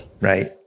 right